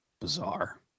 Bizarre